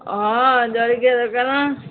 ହଁ ଜଳଖିଆ ଦୋକାନ